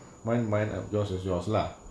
mine mine and yours is yours lah